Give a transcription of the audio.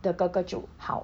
the 哥哥九好